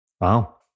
wow